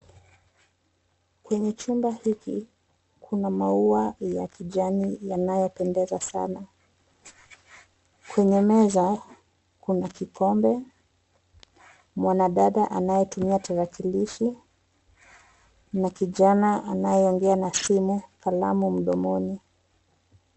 Kwenye chumba hiki, kuna maua ya kijani yanayopendeza sana. Kwenye meza, kuna kikombe, mwanadada anayetumia tarakilishi , na kijana anayeongea na simu, kalamu mdomoni.